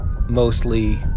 mostly